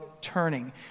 turning